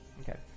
Okay